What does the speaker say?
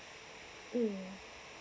mm